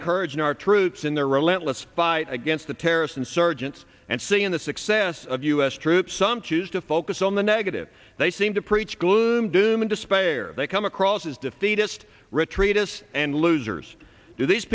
encouraging our troops in their relentless bite against the terrorist insurgents and seein the success of u s troops some choose to focus on the negative they seem to preach gloom doom and despair they come across as defeatist retreat us and losers do these